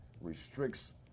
restricts